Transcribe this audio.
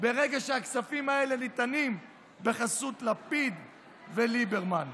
ברגע שהכספים האלה ניתנים בחסות לפיד וליברמן.